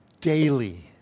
daily